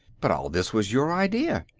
but all this was your idea.